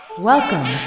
Welcome